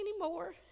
anymore